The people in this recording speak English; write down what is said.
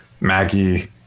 Maggie